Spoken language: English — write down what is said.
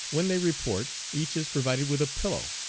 when they report each is provided with a pillow.